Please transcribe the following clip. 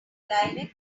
linux